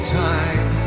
time